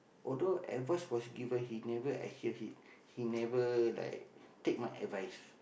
although advice was given he never adhere he never like take my advice